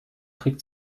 trick